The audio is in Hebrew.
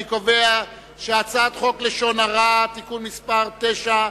אני קובע שחוק איסור לשון הרע (תיקון מס' 9),